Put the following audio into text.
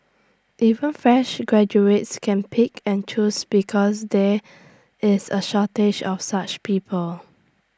even fresh graduates can pick and choose because there is A shortage of such people